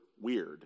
weird